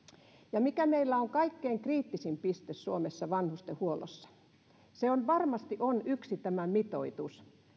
ja mikä meillä on kaikkein kriittisin piste suomessa vanhustenhuollossa varmasti yksi on tämä mitoitus